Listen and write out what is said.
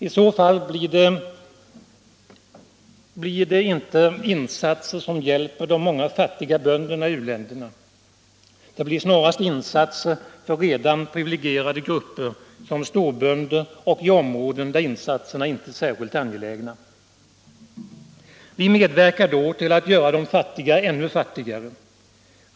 I så fall blir det inte insatser som hjälper de många fattiga länderna i u-världen. Det blir snarast insatser för redan privilegierade grupper som storbönder och i områden där insatserna inte är särskilt angelägna. Vi medverkar då till att göra de fattiga ännu fattigare.